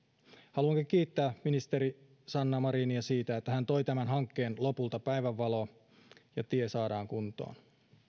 haluankin kiittää ministeri sanna marinia siitä että hän toi tämän hankkeen lopulta päivänvaloon ja tie saadaan kuntoon